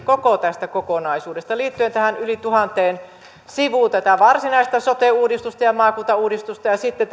koko tästä kokonaisuudesta liittyen tähän yli tuhanteen sivuun tätä varsinaista sote uudistusta ja ja maakuntauudistusta ja sitten